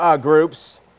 groups